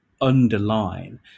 underline